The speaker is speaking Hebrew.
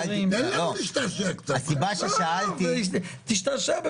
הסיבה ששאלתי --- תן לנו להשתעשע קצת.